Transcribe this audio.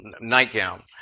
nightgown